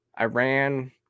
Iran